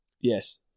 Yes